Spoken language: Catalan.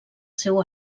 seu